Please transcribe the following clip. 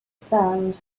sand